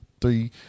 three